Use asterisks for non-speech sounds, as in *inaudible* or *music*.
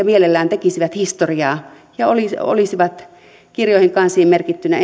*unintelligible* mielellään tekisivät historiaa ja olisivat kirjoihin ja kansiin merkittynä *unintelligible*